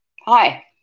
Hi